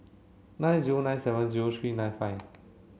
nine zero nine seven zero three nine five